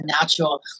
natural